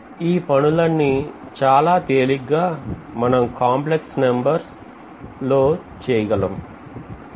ఈ పనులన్నీ చాలా తేలిగ్గా మనం కాంప్లెక్స్ నంబర్ లలో చేయగలము